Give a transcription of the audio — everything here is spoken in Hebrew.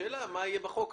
השאלה מה יהיה בחוק.